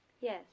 Yes